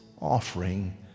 offering